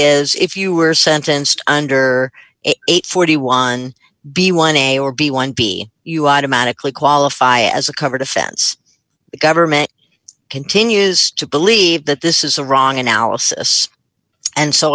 is if you were sentenced under age forty one b one a or b one b you automatically qualify as a covered offense the government continues to believe that this is a wrong analysis and so